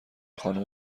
خانوم